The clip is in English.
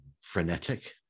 frenetic